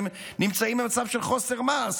נמצאים במצב של חוסר מעש,